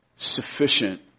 sufficient